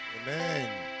Amen